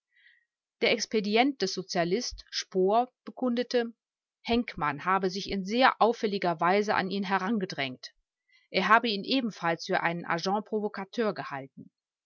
der expedient des sozialist spohr bekundete henkmann habe sich in sehr auffälliger weise an ihn herangedrängt er habe ihn ebenfalls für einen agent provocateur gehalten